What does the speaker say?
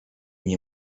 nie